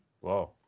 Whoa